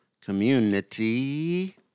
community